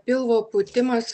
pilvo pūtimas